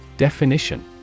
Definition